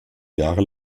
jahre